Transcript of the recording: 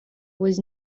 was